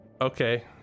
Okay